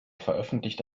veröffentlichte